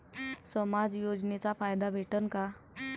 समाज योजनेचा फायदा भेटन का?